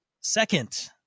Second